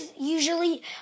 usually